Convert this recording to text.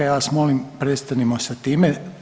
Ja vas molim prestanimo sa time.